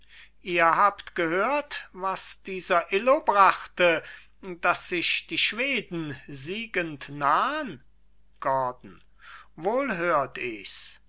ihr habt gehört was dieser illo brachte daß sich die schweden siegend nahn gordon wohl hört ichs